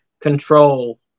control